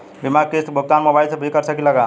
बीमा के किस्त क भुगतान मोबाइल से भी कर सकी ला?